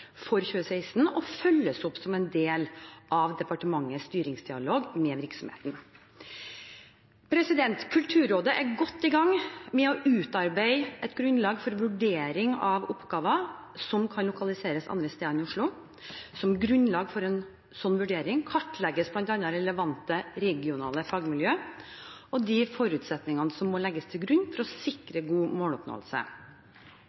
for 2016 og følges opp som en del av departementets styringsdialog med virksomheten. Kulturrådet er godt i gang med å utarbeide et grunnlag for vurdering av oppgaver som kan lokaliseres andre steder enn i Oslo. Som grunnlag for en slik vurdering kartlegges bl.a. relevante regionale fagmiljø og de forutsetningene som må legges til grunn for å